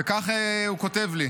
כך הוא כותב לי: